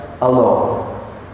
alone